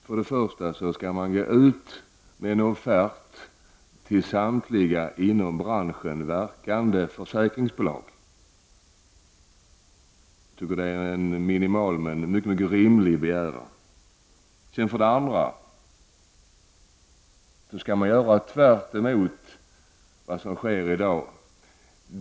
För det första skall man gå ut med en offert till samtliga inom branschen verkande försäkringsbolag. Jag tycker att det är en minimal men mycket rimlig begäran. För det andra skall man göra tvärtemot vad som sker i dag.